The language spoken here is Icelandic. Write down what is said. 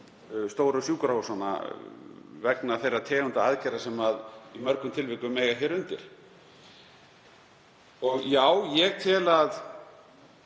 stóru sjúkrahúsanna vegna þeirra tegunda aðgerða sem í mörgum tilvikum eiga hér undir. Og já, ég tel að